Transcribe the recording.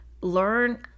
learn